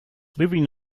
living